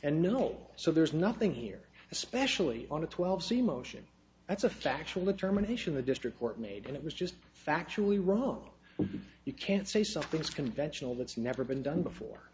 and no so there's nothing here especially on a twelve c motion that's a factual determination the district court made and it was just factually wrong you can't say something's conventional that's never been done before